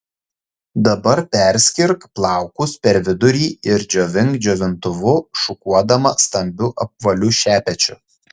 dabar perskirk plaukus per vidurį ir džiovink džiovintuvu šukuodama stambiu apvaliu šepečiu